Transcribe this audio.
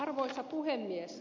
arvoisa puhemies